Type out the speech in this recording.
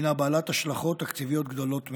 הינה בעלת השלכות תקציביות גדולות מאוד.